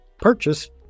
purchase